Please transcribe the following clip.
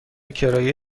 کرایه